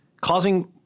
causing